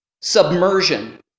submersion